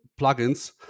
plugins